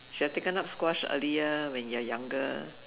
should have taken up squash earlier when you're younger